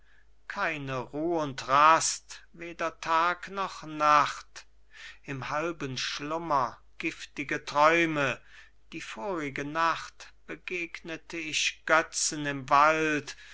keine ruh und rast weder tag noch nacht im halben schlummer giftige träume die vorige nacht begegnete ich götzen im wald